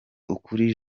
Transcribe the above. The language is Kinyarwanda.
ukuli